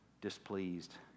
displeased